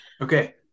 Okay